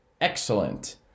Excellent